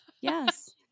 Yes